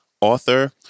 Author